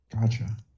gotcha